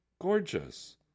Gorgeous